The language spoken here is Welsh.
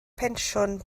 pensiwn